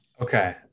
Okay